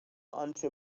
آنچه